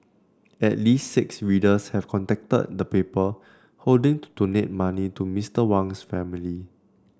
at least six readers have contacted the paper hoping to donate money to Mr Wang's family